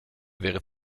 wäre